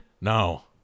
No